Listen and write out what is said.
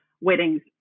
weddings